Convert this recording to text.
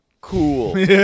Cool